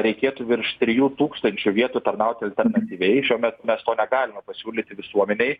reikėtų virš trijų tūkstančių vietų tarnauti alternatyviai šiuo mes to negalime pasiūlyti visuomenei